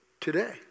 today